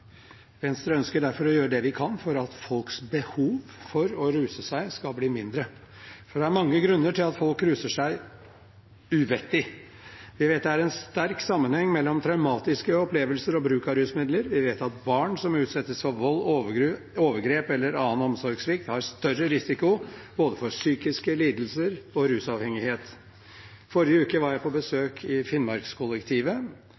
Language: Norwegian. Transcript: er mange grunner til at folk ruser seg uvettig. Vi vet det er en sterk sammenheng mellom traumatiske opplevelser og bruk av rusmidler. Vi vet at barn som utsettes for vold, overgrep eller annen omsorgssvikt, har større risiko for både psykiske lidelser og rusavhengighet. Forrige uke var jeg på